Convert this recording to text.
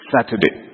Saturday